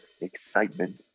excitement